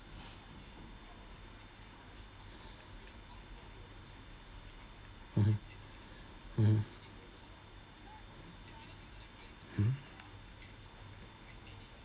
mmhmm mmhmm mmhmm